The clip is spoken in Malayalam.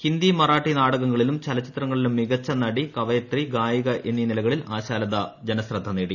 ഹിന്ദി മറാഠി നാടകങ്ങളിലും ചലച്ചിത്രങ്ങളിലും മികച്ച നടി കവയിത്രി ഗായിക എന്നീ നിലകളിൽ ആശാലത ജനശ്രദ്ധ നേടി